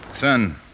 Son